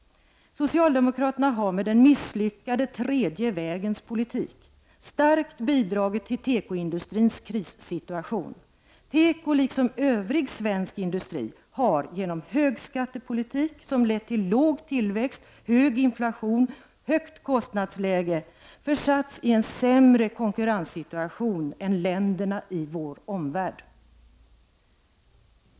Socialdemokraterna har med den misslyckade tredje vägens politik starkt bidragit till tekoindustrins krissituation. Teko, liksom övrig svensk industri, har genom en högskattepolitik, som lett till låg tillväxt, hög inflation och ett högt kostnadsläge, försatts i en sämre konkurrenssituation än andra länder i vår omvärld.